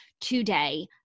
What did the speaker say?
today